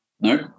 No